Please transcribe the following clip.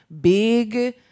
big